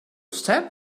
step